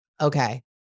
okay